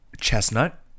Chestnut